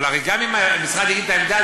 אבל הרי גם אם המשרד יגיד את העמדה,